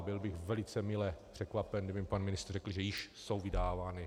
Byl bych velice mile překvapen, kdyby mně pan ministr řekl, že již jsou vydávána.